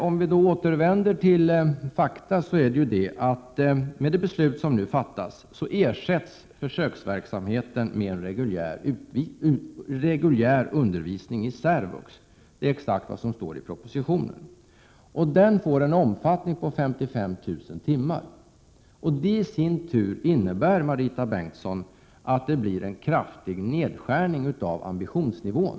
Om vi återvänder till fakta innebär det beslut som kommer att fattas att försöksverksamheten ersätts med en reguljär undervisning i särvux — det är exakt vad som står i propositionen — som får en omfattning på 55 000 timmar. Det i sin tur innebär, Marita Bengtsson, att det blir en kraftig nedskärning av ambitionsnivån.